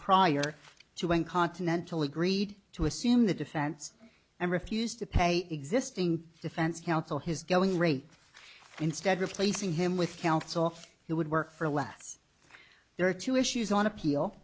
prior to when continental agreed to assume the defense and refused to pay existing defense counsel his going rate instead replacing him with counts off he would work for less there are two issues on appeal